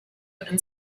and